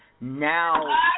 now